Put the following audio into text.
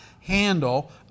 handle